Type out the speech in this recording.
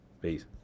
Peace